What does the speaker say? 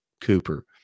Cooper